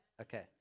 Okay